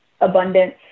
abundance